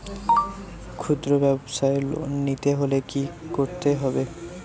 খুদ্রব্যাবসায় লোন নিতে হলে কি করতে হবে?